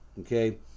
Okay